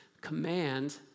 command